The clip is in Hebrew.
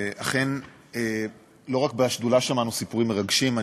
ואכן, לא רק בשדולה שמענו סיפורים מרגשים.